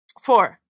Four